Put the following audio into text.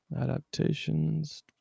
Adaptations